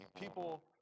people